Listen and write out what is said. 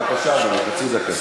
בבקשה, אדוני, חצי דקה.